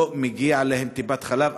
לא מגיעה להם טיפת חלב?